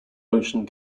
ocean